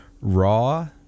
Raw